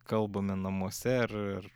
kalbame namuose ar ar